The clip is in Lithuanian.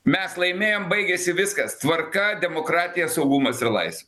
mes laimėjom baigėsi viskas tvarka demokratija saugumas ir laisvė